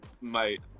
Mate